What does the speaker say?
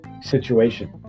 situation